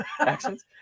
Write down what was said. Accents